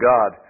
God